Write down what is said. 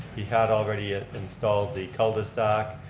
he had already installed the culdesac,